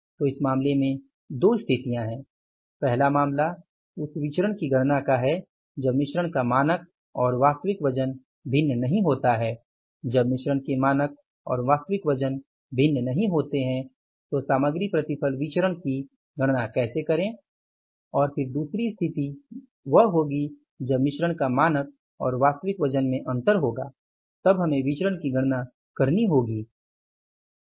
तो इस मामले में 2 स्थितियां हैं पहला मामला उस विचरण की गणना का है जब मिश्रण का मानक और वास्तविक वजन भिन्न नहीं होता है जब मिश्रण के मानक और वास्तविक वजन भिन्न नहीं होते हैं तो सामग्री प्रतिफल विचरण की गणना कैसे करें और फिर दूसरी स्थिति वह होगी जब मिश्रण का मानक और वास्तविक वजन में अंतर होगा तब हमें विचरण की गणना करनी होगी